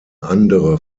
andere